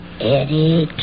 Eddie